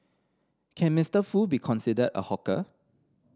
can Mister Foo be considered a hawker